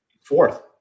Fourth